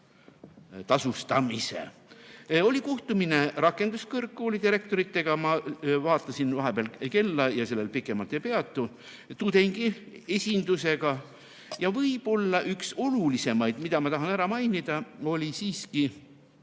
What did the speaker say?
tasustamise. Oli kohtumine rakenduskõrgkoolide rektoritega – ma vaatasin vahepeal kella ja sellel pikemalt ei peatu – ja tudengiesindusega. Ja võib-olla üks olulisemaid, mida ma tahan ära mainida, oli siiski